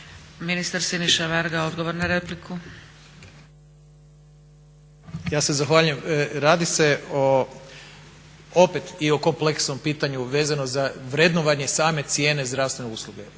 Ministar Siniša Varga, odgovor na repliku. **Varga, Siniša (SDP)** Ja se zahvaljujem. Radi se o opet i o kompleksnom pitanju vezano za vrednovanje same cijene zdravstvene usluge.